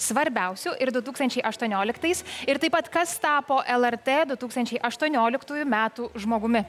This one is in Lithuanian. svarbiausiu ir du tūkstančiai aštuonioliktais ir taip pat kas tapo lrt du tūkstančiai aštuonioliktųjų metų žmogumi